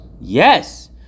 yes